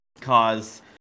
Cause